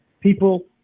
People